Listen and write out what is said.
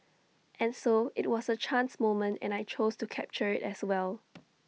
and so IT was A chance moment and I chose to capture IT as well